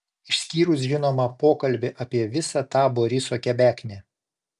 išskyrus žinoma pokalbį apie visą tą boriso kebeknę